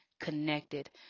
connected